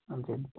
ਹਾਂਜੀ ਹਾਂਜੀ